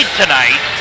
tonight